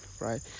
right